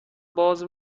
باز